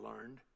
learned